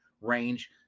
range